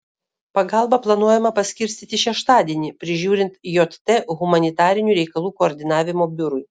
pagalbą planuojama paskirstyti šeštadienį prižiūrint jt humanitarinių reikalų koordinavimo biurui